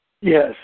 Yes